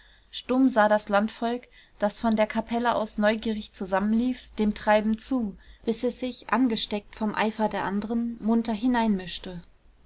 stumm sah das landvolk das von der kapelle aus neugierig zusammenlief dem treiben zu bis es sich angesteckt vom eifer der anderen munter